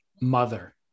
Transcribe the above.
Mother